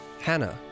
Hannah